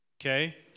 Okay